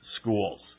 schools